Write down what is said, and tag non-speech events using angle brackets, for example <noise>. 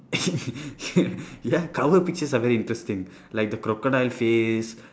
<laughs> ya cover pictures are very interesting like the crocodile face